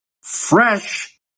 fresh